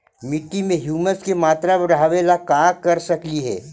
मिट्टी में ह्यूमस के मात्रा बढ़ावे ला का कर सकली हे?